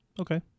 Okay